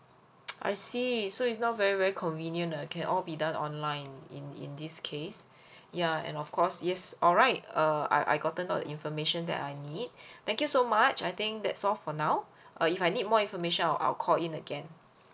I see so it's now very very convenient uh can all be done online in in this case ya and of course yes all right uh I I gotten all the information that I need thank you so much I think that's all for now uh if I need more information I'll I'll call in again